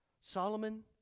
Solomon